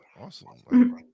Awesome